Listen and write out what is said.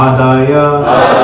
Adaya